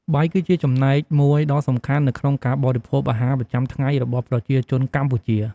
បាយគឺជាចំណែកមួយដ៏សំខាន់នៅក្នុងការបរិភោគអាហារប្រចាំថ្ងៃរបស់ប្រជាជនកម្ពុជា។